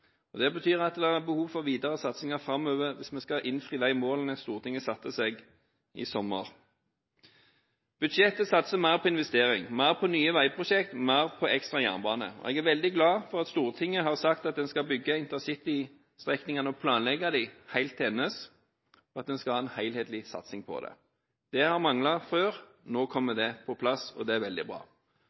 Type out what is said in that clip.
alt. Det betyr at det er behov for videre satsinger framover, hvis vi skal nå de målene Stortinget satte seg i sommer. Budsjettet satser mer på investering, mer på nye veiprosjekter og mer på ekstra jernbane. Jeg er veldig glad for at Stortinget har sagt at det skal bygge intercitystrekningene og planlegge dem helt til veis ende, og at man skal ha en helhetlig satsing på det. Det har manglet før. Nå kommer det på plass, og det er veldig bra.